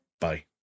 Bye